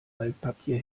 altpapier